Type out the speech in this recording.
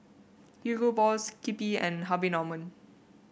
Hugo Boss Skippy and Harvey Norman